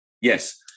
Yes